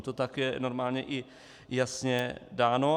To tak je normálně i jasně dáno.